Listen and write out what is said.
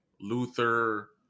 Luther